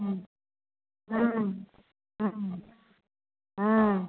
हूँ हूँ हूँ